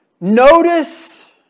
Notice